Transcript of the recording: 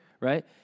right